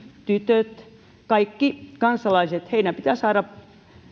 tytöt kaikki kansalaiset heidän pitää saada